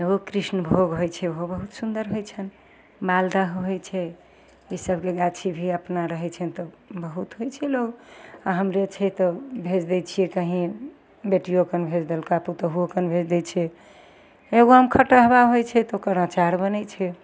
एगो कृष्णभोग होइ छै ओहो बहुत सुन्दर होइ छनि मालदह होइ छै ईसबके गाछी भी अपना रहै छनि तब बहुत होइ छै लोक हमरे छै तऽ भेजि दै छिए कहीँ बेटिओकन भेजि देलका पुतौहुकन भेजि दै छिए एगो आम खटहबा होइ छै तऽ ओकर अचार बनै छै